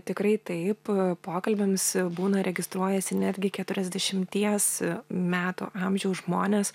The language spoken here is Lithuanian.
tikrai taip pokalbiams būna registruojasi netgi keturiasdešimties metų amžiaus žmonės